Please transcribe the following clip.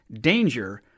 danger